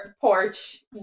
porch